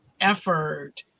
effort